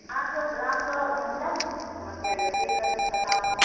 अहाँके ग्रामके महिलासभके की समस्या यए से कनि बताबू